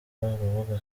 urubuga